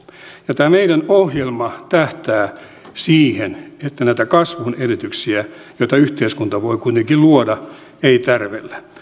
ja tämä meidän ohjelmamme tähtää siihen että näitä kasvun edellytyksiä joita yhteiskunta voi kuitenkin luoda ei tärvellä